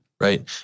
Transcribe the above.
Right